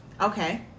Okay